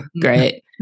Great